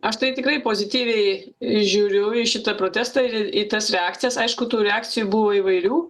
aš tai tikrai pozityviai žiūriu į šitą protestą ir į tas reakcijas aišku tų reakcijų buvo įvairių